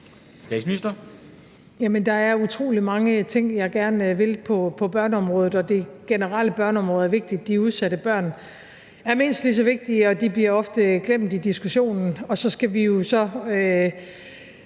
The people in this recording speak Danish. Jamen der er utrolig mange ting, jeg gerne vil på børneområdet, og det generelle børneområde er vigtigt. De udsatte børn er mindst lige så vigtige, og de bliver ofte glemt i diskussionen. Vi skal jo så